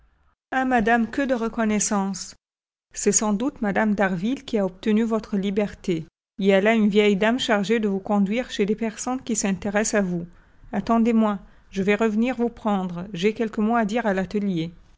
ah madame que de reconnaissance c'est sans doute mme d'harville qui a obtenu votre liberté il y a là une vieille dame chargée de vous conduire chez des personnes qui s'intéressent à vous attendez-moi je vais revenir vous prendre j'ai quelques mots à dire à l'atelier